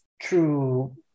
true